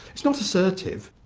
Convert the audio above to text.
it's not assertive.